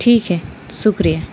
ٹھیک ہے شکریہ